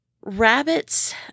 rabbits